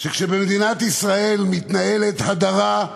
שכשבמדינת ישראל מתנהלת הדרה,